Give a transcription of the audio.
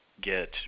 get